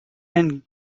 and